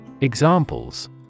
Examples